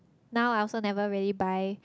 now I also never really buy